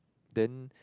then